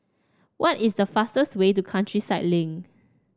what is the fastest way to Countryside Link